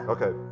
Okay